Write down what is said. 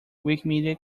wikimedia